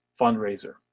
Fundraiser